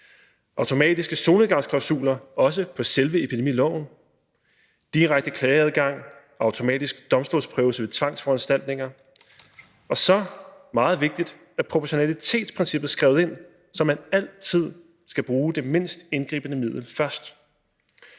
automatiske solnedgangsklausuler også på selve epidemiloven; direkte klageadgang; automatisk domstolsprøvelse ved tvangsforanstaltninger. Og så som noget meget vigtigt er proportionalitetsprincippet skrevet ind, så man altid skal bruge det mindst indgribende middel først.